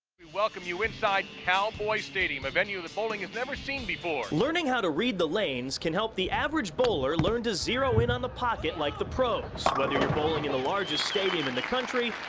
we welcome you inside cowboy stadium, a venue that bowling has never seen before. learning how to read the lanes can help the average bowler learn to zero in on the pocket like the pros, whether you're bowling in the largest stadium in the country,